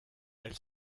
elle